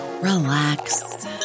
relax